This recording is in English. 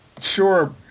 sure